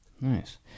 Nice